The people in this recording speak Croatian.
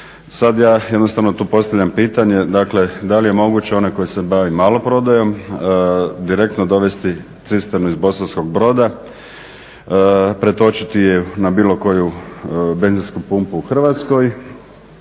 Sada ja jednostavno tu postavljam pitanje, dakle da li je moguće onaj koji se bavi maloprodajom direktno dovesti cisterne iz Bosanskog Broda, pretočiti je na bilo koju benzinsku pumpu u Hrvatskoj